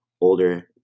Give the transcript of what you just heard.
older